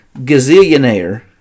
gazillionaire